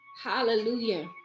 Hallelujah